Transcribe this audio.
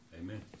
amen